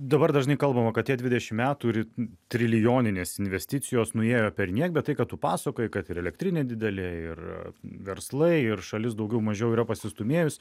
dabar dažnai kalbama kad tie dvidešimt metų ir trilijoninės investicijos nuėjo perniek bet tai ką tu pasakoji kad ir elektrinė didelė ir verslai ir šalis daugiau mažiau yra pasistūmėjus